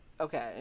okay